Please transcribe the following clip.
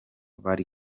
bari